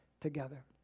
together